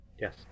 Yes